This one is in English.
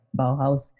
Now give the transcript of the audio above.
Bauhaus